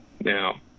Now